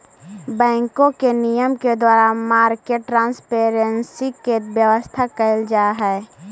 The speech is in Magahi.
बैंकों के नियम के द्वारा मार्केट ट्रांसपेरेंसी के व्यवस्था कैल जा हइ